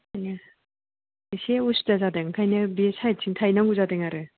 माने एसे उसुबिदा जादों ओंखायनो बे साइडथिं थाहैनांगौ जादों आरो